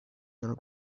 your